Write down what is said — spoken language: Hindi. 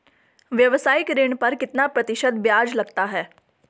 व्यावसायिक ऋण पर कितना प्रतिशत ब्याज लगता है?